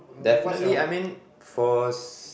definitely I mean for